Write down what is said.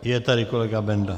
Je tady kolega Benda.